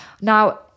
Now